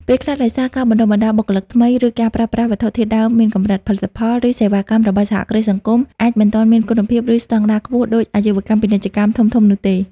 ពេលខ្លះដោយសារការបណ្តុះបណ្តាលបុគ្គលិកថ្មី ឬការប្រើប្រាស់វត្ថុធាតុដើមមានកម្រិត ផលិតផល ឬសេវាកម្មរបស់សហគ្រាសសង្គមអាចមិនទាន់មានគុណភាព ឬស្តង់ដារខ្ពស់ដូចអាជីវកម្មពាណិជ្ជកម្មធំៗនោះទេ។